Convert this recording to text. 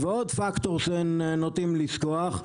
ועוד פקטור שנוטים לשכוח,